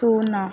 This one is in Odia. ଶୂନ